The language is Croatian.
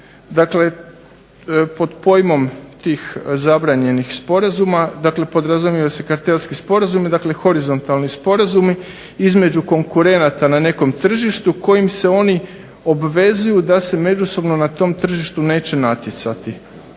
dakle, pod pojmom tih zabranjenih sporazuma podrazumijeva se kartelski sporazum i dakle horizontalni sporazumi između konkurenata na nekom tržištu kojim se oni obvezuju da se međusobno na tom tržištu neće natjecati,